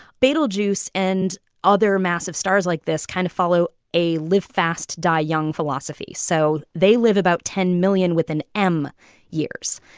betelgeuse and other massive stars like this kind of follow a live fast, die young philosophy. so they live about ten million with an m years.